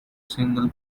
single